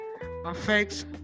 affects